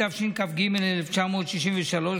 התשכ"ג 1963,